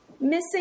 missing